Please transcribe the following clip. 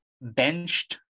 benched